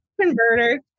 converter